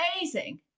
amazing